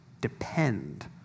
depend